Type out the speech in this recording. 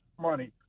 money